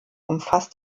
umfasst